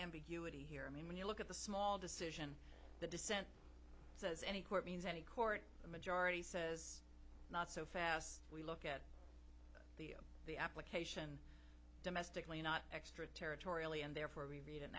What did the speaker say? ambiguity here i mean when you look at the small decision the dissent says any court means any court majority says not so fast we look at the application domestically not extra territorially and therefore we read i